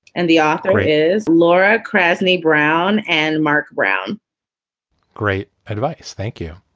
and the author is laura krasny brown and mark brown great advice. thank you.